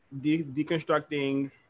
deconstructing